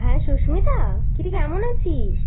হ্যাঁ সুস্মিতা কীরে কেমন আছিস